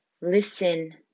listen